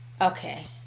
Okay